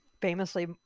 famously